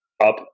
up